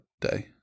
day